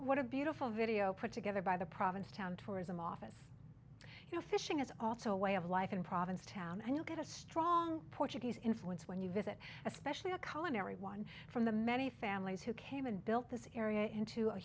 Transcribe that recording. what a beautiful video put together by the provincetown tourism office you know fishing is also a way of life in provincetown and you get a strong portuguese influence when you visit especially a colony everyone from the many families who came and built this area into a